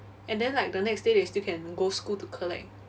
and then like the next day they still can go school to collect